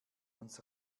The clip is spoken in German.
uns